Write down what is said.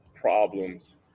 problems